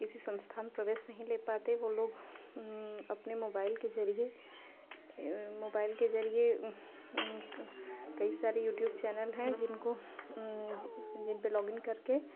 किसी संस्था में प्रवेश नहीं ले पाते वो लोग अपने मोबाईल के जरिए मोबाईल के जरिए कई सारी यूट्यूब चैनल हैं जिनको जिनपे लोगीन करके